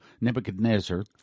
Nebuchadnezzar